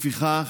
לפיכך,